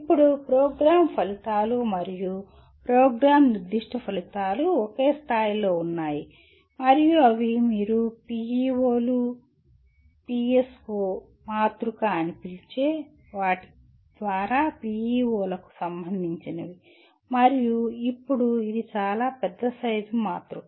ఇప్పుడు ప్రోగ్రామ్ ఫలితాలు మరియు ప్రోగ్రామ్ నిర్దిష్ట ఫలితాలు ఒకే స్థాయిలో ఉన్నాయి మరియు అవి మీరు PEO PSO మాతృక అని పిలిచే వాటి ద్వారా PEO లకు సంబంధించినవి మరియు ఇప్పుడు ఇది చాలా పెద్ద సైజు మాతృక